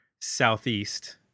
southeast